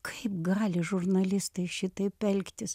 kaip gali žurnalistai šitaip elgtis